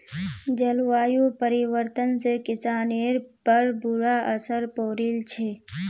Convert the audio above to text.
जलवायु परिवर्तन से किसानिर पर बुरा असर पौड़ील छे